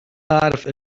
أعرف